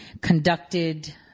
conducted